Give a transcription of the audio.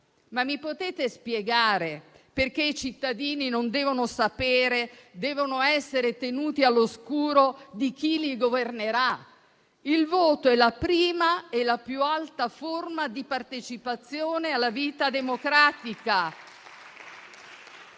Mi potete spiegare perché i cittadini non devono sapere e devono essere tenuti all'oscuro di chi li governerà? Il voto è la prima e la più alta forma di partecipazione alla vita democratica